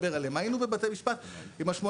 לכן הקראתי את השורה הזאת מתוך פסק הדין של אוקון.